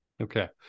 Okay